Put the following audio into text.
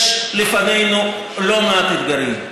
יש לפנינו לא מעט אתגרים: